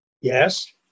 yes